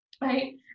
right